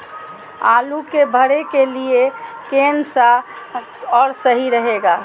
आलू के भरे के लिए केन सा और सही रहेगा?